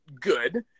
good